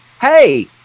hey